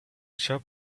shop